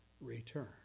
return